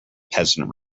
peasant